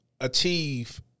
achieve